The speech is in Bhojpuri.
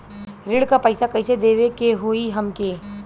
ऋण का पैसा कइसे देवे के होई हमके?